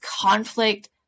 conflict